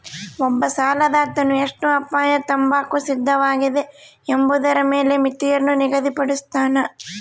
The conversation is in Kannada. ಒಬ್ಬ ಸಾಲದಾತನು ಎಷ್ಟು ಅಪಾಯ ತಾಂಬಾಕ ಸಿದ್ಧವಾಗಿದೆ ಎಂಬುದರ ಮೇಲೆ ಮಿತಿಯನ್ನು ನಿಗದಿಪಡುಸ್ತನ